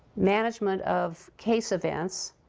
management of case events,